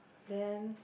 then